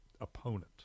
opponent